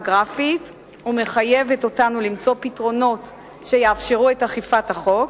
גרפית ומחייבת אותנו למצוא פתרונות שיאפשרו את אכיפת החוק.